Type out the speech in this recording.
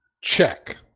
Check